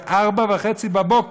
ב-04:30.